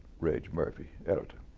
reg murphy, editor.